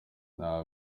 nta